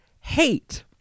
hate